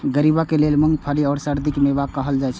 गरीबक लेल मूंगफली कें सर्दीक मेवा कहल जाइ छै